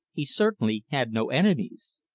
he certainly had no enemies.